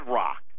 rock